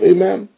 Amen